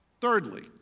Thirdly